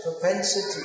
propensity